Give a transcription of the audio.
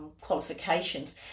qualifications